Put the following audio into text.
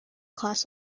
class